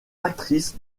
actrice